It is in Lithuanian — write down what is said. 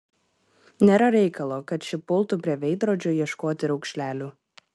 nėra reikalo kad ši pultų prie veidrodžio ieškoti raukšlelių